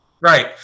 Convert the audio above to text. Right